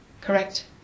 Correct